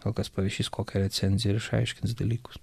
gal kas parašys kokią recenziją ir išaiškins dalykus